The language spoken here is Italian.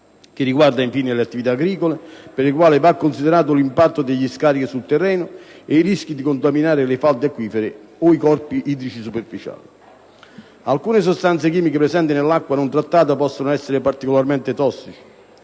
che riguarda infine le attività agricole, per le quali va considerato l'impatto degli scarichi sul terreno e i rischi di contaminare le falde acquifere o i corpi idrici superficiali. Alcune sostanze chimiche presenti nell'acqua non trattata possono essere particolarmente tossiche: